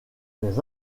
les